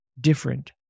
different